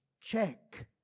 check